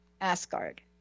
Asgard